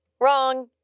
wrong